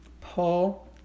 Paul